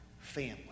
family